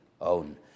own